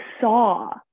saw